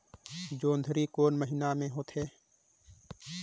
जोंदरी कोन महीना म होथे?